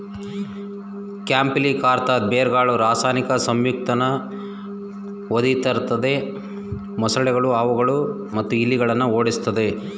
ಕ್ಯಾಂಪಿಲಿಕಾಂತದ್ ಬೇರ್ಗಳು ರಾಸಾಯನಿಕ ಸಂಯುಕ್ತನ ಹೊಂದಿರ್ತದೆ ಮೊಸಳೆಗಳು ಹಾವುಗಳು ಮತ್ತು ಇಲಿಗಳನ್ನ ಓಡಿಸ್ತದೆ